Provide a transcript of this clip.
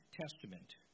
Testament